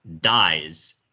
dies